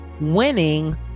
winning